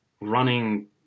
running